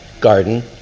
garden